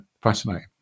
fascinating